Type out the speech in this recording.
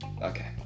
Okay